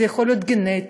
זה יכול להיות גנטי,